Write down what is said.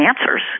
answers